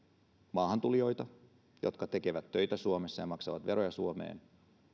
maahantulijoita jotka tekevät töitä suomessa ja maksavat veroja suomeen